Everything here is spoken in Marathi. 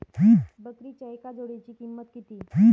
बकरीच्या एका जोडयेची किंमत किती?